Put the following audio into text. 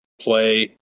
play